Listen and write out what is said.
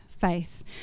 faith